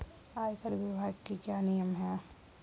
आयकर विभाग के क्या नियम हैं?